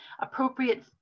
appropriate